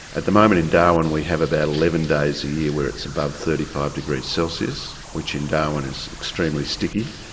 at the moment in darwin we have about eleven days a year where it's above thirty five degrees celsius, which in darwin is extremely sticky.